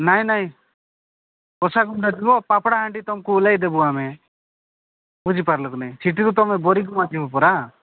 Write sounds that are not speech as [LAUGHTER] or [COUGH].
ନାଇଁ ନାଇଁ କୋଷାଗୁମ୍ଟା ଯିବ ପାପଡ଼ା ହାଣ୍ଡି ତମକୁ ଓହ୍ଲେଇ ଦେବୁ ଆମେ ବୁଝି ପାରିଲ କି ନାହିଁ ସେଥିରୁ ତମେ ବୋରିକ [UNINTELLIGIBLE] ପରା